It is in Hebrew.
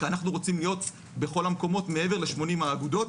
כי אנחנו רוצים להיות בכל המקומות מעבר ל-80 האגודות.